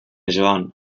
joan